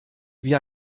wie